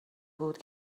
بود